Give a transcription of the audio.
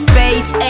Space